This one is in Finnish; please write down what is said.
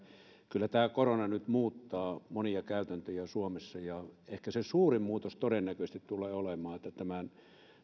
kyllä tämä korona nyt muuttaa monia käytäntöjä suomessa ehkä se suuri muutos todennäköisesti tulee olemaan että tämä